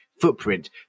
footprint